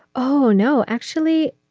oh, no, actually.